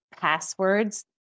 passwords